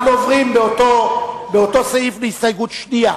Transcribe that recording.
אנחנו עוברים באותו סעיף להסתייגות השנייה: